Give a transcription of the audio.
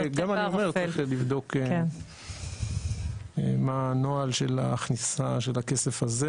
ואני גם אומר שצריך לבדוק מה הנוהל של ההכנסה של הכסף הזה